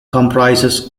comprises